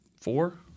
Four